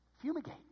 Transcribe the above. Fumigate